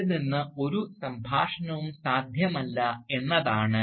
അവിടെ നിന്ന് ഒരു സംഭാഷണവും സാധ്യമല്ല എന്നതാണ്